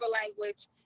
language